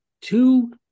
two